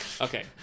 Okay